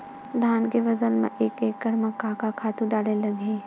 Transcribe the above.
धान के फसल म एक एकड़ म का का खातु डारेल लगही?